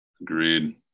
Agreed